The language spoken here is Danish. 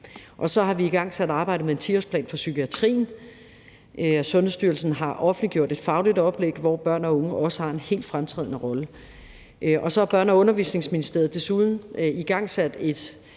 Så har vi igangsat arbejdet med en 10-årsplan for psykiatrien, og Sundhedsstyrelsen har offentliggjort et fagligt oplæg, hvor børn og unge også har en helt fremtrædende rolle, og Børne- og Undervisningsministeriet har desuden igangsat et